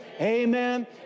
Amen